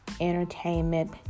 entertainment